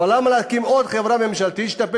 אבל למה להקים עוד חברה ממשלתית שתטפל